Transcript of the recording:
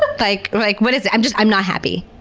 like like what is it? i'm just, i'm not happy.